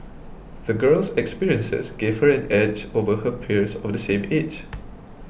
the girl's experiences gave her an edge over her peers of the same age